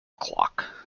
clock